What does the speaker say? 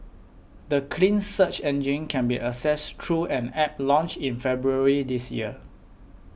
the clean search engine can be accessed through an App launched in February this year